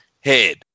head